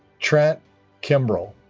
trent kimbrell